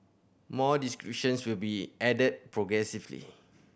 more descriptions will be added progressively